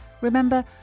Remember